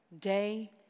day